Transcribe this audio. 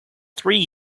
three